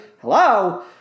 Hello